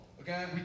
Okay